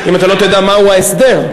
אם לא תדע מהו ההסדר.